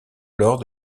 lors